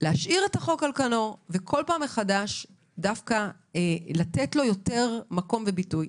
להשאיר את החוק על כנו וכל פעם מחדש דווקא לתת לו יותר מקום וביטוי.